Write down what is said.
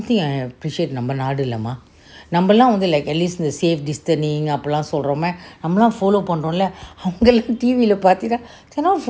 I really appreciate நம்ம நாடு:namma naadu ya man நம்பலாம் வந்து:nambalaam vanthu like at least in the safe distancing அப்படிலாம் சொல்றோம்:apdilaam solrom lah நம்பலாம்:nambalam follow பண்றோம்:panrom lah T_V